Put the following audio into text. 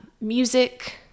music